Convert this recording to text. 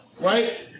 right